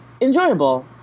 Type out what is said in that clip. enjoyable